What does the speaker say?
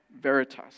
Veritas